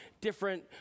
different